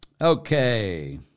Okay